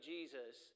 Jesus